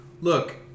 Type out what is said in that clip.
Look